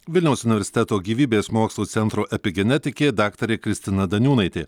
vilniaus universiteto gyvybės mokslų centro epigenetikė daktarė kristina daniūnaitė